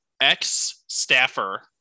ex-staffer